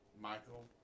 Michael